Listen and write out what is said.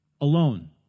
alone